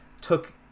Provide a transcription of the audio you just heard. took